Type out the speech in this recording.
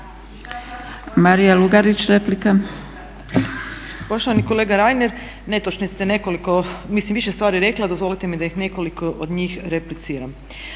Marija (SDP)** Poštovani kolega Reiner. Netočni ste, nekoliko bi, mislim više stvari rekla, dozvolite mi da ih nekoliko od njih repliciram.